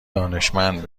دانشمند